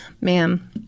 Ma'am